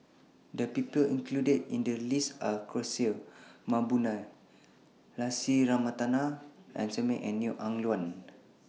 The People included in The list Are Kishore Mahbubani Lucy Ratnammah Samuel and Neo Ah Luan